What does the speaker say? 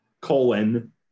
colon